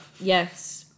Yes